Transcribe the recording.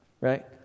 right